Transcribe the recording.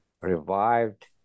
revived